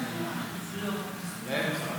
לא.